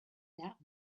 that